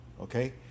okay